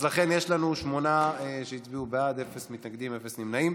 ארבעה הצביעו בעד, אפס מתנגדים, אפס נמנעים.